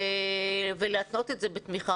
להתנות את זה בתמיכה.